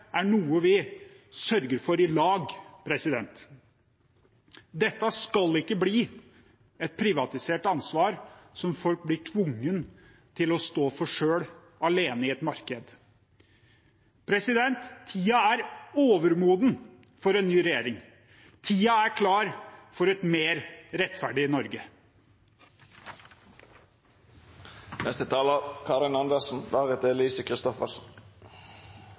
er noe vi sørger for i lag. Dette skal ikke bli et privatisert ansvar som folk blir tvunget til å stå for selv, alene i et marked. Tiden er overmoden for en ny regjering. Tiden er klar for et mer rettferdig